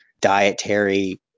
dietary